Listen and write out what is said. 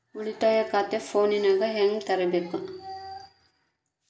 ಉಳಿತಾಯ ಖಾತೆ ಫೋನಿನಾಗ ಹೆಂಗ ತೆರಿಬೇಕು?